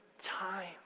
time